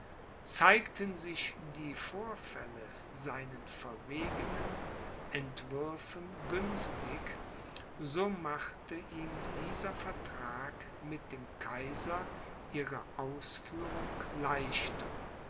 zeigten sich die vorfälle seinen verwegnen entwürfen günstig so machte ihm dieser vertrag mit dem kaiser ihre ausführung leichter